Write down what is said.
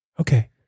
okay